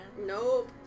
Nope